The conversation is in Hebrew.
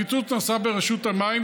הקיצוץ נעשה ברשות המים,